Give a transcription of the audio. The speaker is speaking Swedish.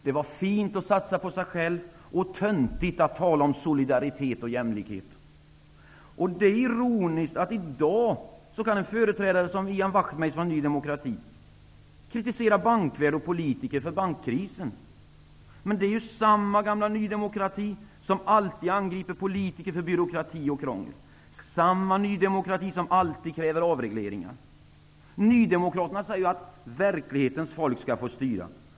Det var fint att satsa på sig själv och töntigt att tala om solidaritet och jämlikhet. Det är ironiskt att en företrädare som Ian Wachtmeister från Ny demokrati i dag kan kritisera bankvärld och politiker för bankkrisen. Det är samma gamla nydemokrati som alltid angriper politiker för byråkrati och krångel, samma nydemokrati som alltid kräver avregleringar. Nydemokraterna säger ju att verklighetens folk skall få styra.